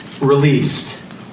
released